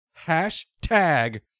Hashtag